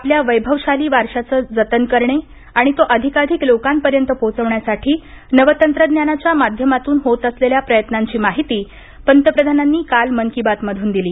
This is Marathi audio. आपल्या वैभवशाली वारशाचं जतन करणे आणि तो अधिकाधिक लोकांपर्यंत पोहोचवण्यासाठी नवतंत्रज्ञानाच्या माध्यमातून होत असलेल्या प्रयत्नांची माहिती पंतप्रधानांनी काल मन की बात मधून दिली